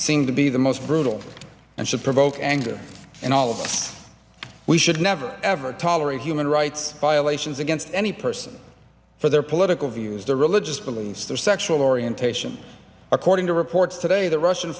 seem to be the most brutal and should provoke anger and also we should never ever tolerate human rights violations against any person for their political views their religious beliefs their sexual orientation according to reports today the russian